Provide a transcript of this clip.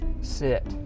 sit